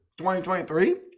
2023